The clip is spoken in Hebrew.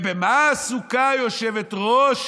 ובמה עסוקה יושבת-ראש